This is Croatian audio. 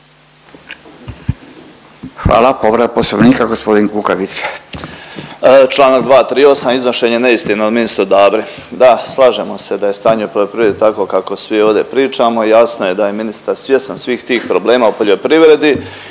Hvala. Povreda Poslovnika gospodin Kukavica. **Kukavica, Ivica (DP)** Članak 238. iznošenje neistina od ministra Dabre. Da, slažemo se da je stanje u poljoprivredi takvo kako svi ovdje pričamo. Jasno je da je ministar svjestan svih tih problema u poljoprivredi